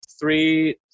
three